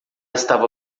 estava